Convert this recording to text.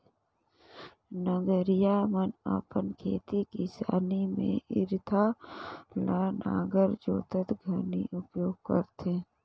नगरिहा मन अपन खेती किसानी मे इरता ल नांगर जोतत घनी उपियोग करथे